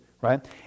Right